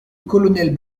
colonel